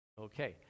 Okay